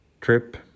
trip